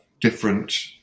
different